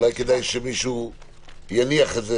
אולי כדאי שמישהו יניח את זה.